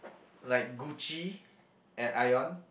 like Gucci at Ion